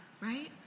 right